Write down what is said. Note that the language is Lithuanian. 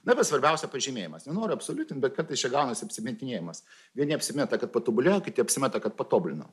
na bet svarbiausia pažymėjimas nenoriu absoliutint bet kartais čia gaunasi apsimetinėjimas vieni apsimeta kad patobulėjo kiti apsimeta kad patobulino